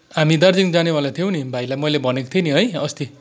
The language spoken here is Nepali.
हामी दार्जिलिङ जानेवाला थियौँ नि भाइलाई मैले भनेको थिएँ नि है अस्ति